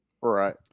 Right